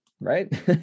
Right